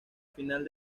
final